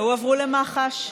לא הועברו למח"ש,